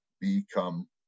become